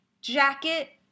jacket